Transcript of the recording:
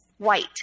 white